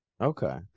Okay